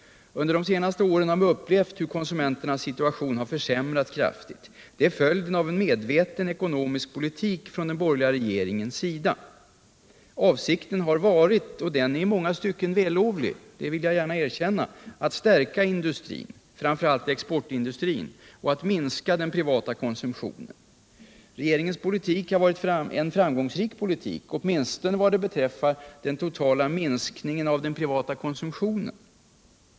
Under det senaste året har vi upplevt hur konsumenternas situation har försämrats kraftigt. Det är följden av en medveten ekonomisk politik från den borgerliga regeringens sida. Avsikten har varit — och den är i långa stycken vällovlig, det vill jag gärna erkänna — att stärka industrin, framför allt exportindustrin, och att minska den privata konsumtionen. Det har varit en framgångsrik politik, åtminstone vad beträffar den totala minskningen av den privata konsumtionen.